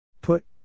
Put